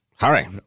Hurry